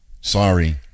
Sorry